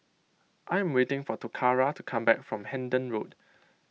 I'm waiting for Toccara to come back from Hendon Road